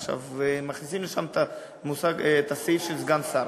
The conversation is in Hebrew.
עכשיו, מכניסים לשם את הסעיף של סגן שר.